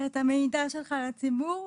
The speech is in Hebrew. את המידע שלך לציבור,